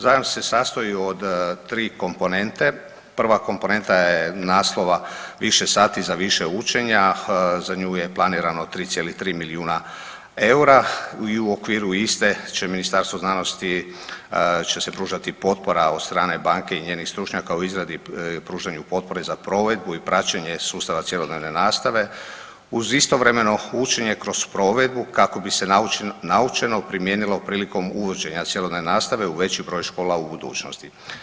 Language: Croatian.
Zajam se sastoji od tri komponente, prva komponenta je naslova Više sati za više učenja, za nju je planirano 3,3 milijuna eura i u okviru iste će Ministarstvo znanosti će se pružati potpora od strane banke i njenih stručnjaka o izradi i pružanju potpore za provedbu i praćenje sustava cjelodnevne nastave uz istovremeno učenje kroz provedbu kako bi se naučeno primijenilo prilikom uvođenja cjelodnevne nastave u veći broj škola u budućnosti.